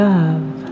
Love